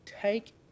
take